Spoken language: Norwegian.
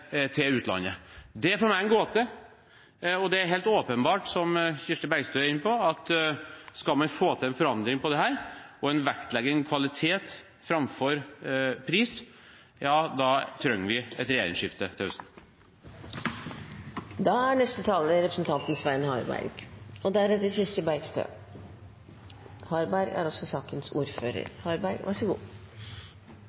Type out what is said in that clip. til utlandet. Det er for meg en gåte. Det er helt åpenbart, som Kirsti Bergstø er inne på, at skal man få til en forandring på dette, og en vektlegging av kvalitet framfor pris, da trenger vi et regjeringsskifte til høsten. Antydningen om byttet skyldes jo at jeg trodde jeg skulle være siste taler, av to grunner. Det ene var at jeg ville takke for debatten, og